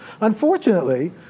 Unfortunately